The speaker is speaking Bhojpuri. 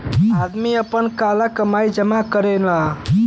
आदमी आपन काली कमाई जमा करेला